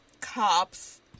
cops